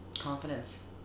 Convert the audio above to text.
Confidence